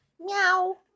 Meow